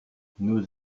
nous